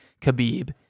Khabib